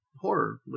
horror